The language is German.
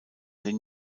den